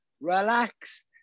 relax